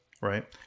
Right